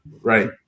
Right